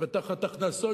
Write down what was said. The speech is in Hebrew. ותחת הכנסות,